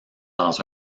dans